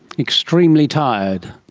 extremely tired